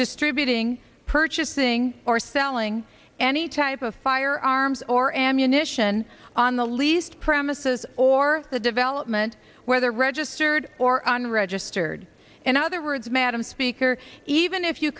distributing purchasing or selling any type of firearms or ammunition on the least premises or the development where they are registered or unregistered in other words madam speaker even if you